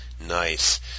Nice